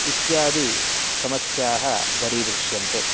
इत्यादि समस्याः दरीदृश्यन्ते